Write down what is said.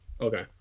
Okay